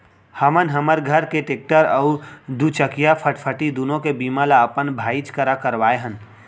हमन हमर घर के टेक्टर अउ दूचकिया फटफटी दुनों के बीमा ल अपन भाईच करा करवाए हन